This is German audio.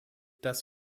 dass